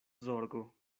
zorgo